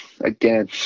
again